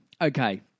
Okay